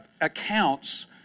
accounts